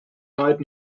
right